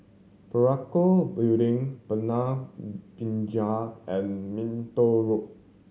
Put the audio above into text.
Parakou Building Binja and Minto Road